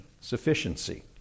sufficiency